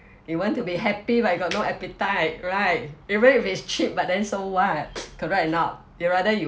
you want to be happy but you got no appetite right even if it's cheap but then so what correct or not rather you